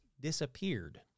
disappeared